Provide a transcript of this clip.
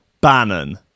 Bannon